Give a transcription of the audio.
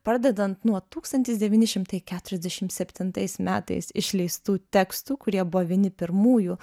pradedant nuo tūkstantis devyni šimtai keturiasdešim septintais metais išleistų tekstų kurie buvo vieni pirmųjų